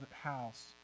house